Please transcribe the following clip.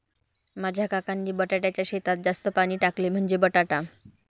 माझ्या काकांनी बटाट्याच्या शेतात जास्त पाणी टाकले, म्हणजे बटाटा